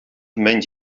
menys